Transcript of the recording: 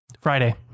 Friday